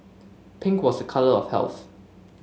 pink was a colour of health